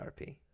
RP